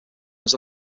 was